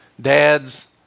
Dads